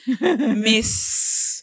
Miss